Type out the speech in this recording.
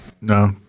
no